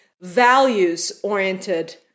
values-oriented